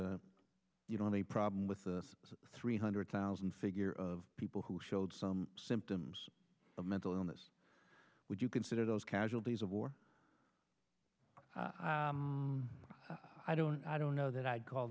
that you don't a problem with the three hundred thousand figure of people who showed some symptoms of mental illness would you consider those casualties of war i don't i don't know that i'd call